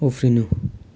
उफ्रिनु